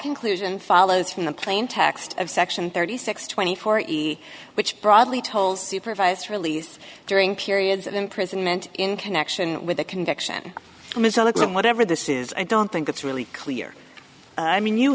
conclusion follows from the plain text of section thirty six twenty four easy which broadly toles supervised release during periods of imprisonment in connection with a conviction whatever this is i don't think it's really clear i mean you